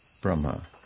Brahma